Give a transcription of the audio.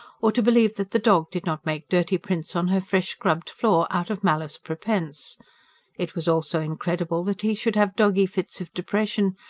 or to believe that the dog did not make dirty prints on her fresh scrubbed floor out of malice prepense it was also incredible that he should have doggy fits of depression,